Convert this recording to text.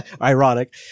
Ironic